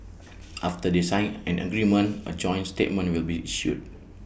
after they sign an agreement A joint statement will be issued